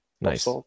Nice